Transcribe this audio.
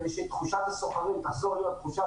כדי שתחושת הסוחרים תחזור להיות תחושה